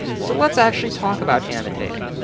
so let's actually talk about annotating.